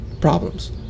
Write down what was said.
problems